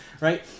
right